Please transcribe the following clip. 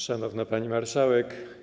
Szanowna Pani Marszałek!